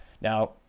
Now